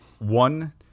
One